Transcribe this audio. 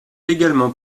également